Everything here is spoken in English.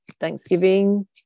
Thanksgiving